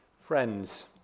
friends